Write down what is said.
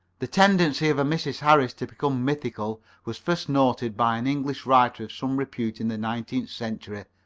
the tendency of a mrs. harris to become mythical was first noticed by an english writer of some repute in the nineteenth century.